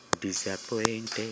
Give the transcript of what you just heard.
disappointed